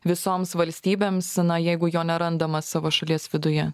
visoms valstybėms na jeigu jo nerandama savo šalies viduje